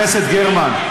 חברת הכנסת גרמן,